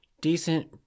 Decent